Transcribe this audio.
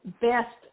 Best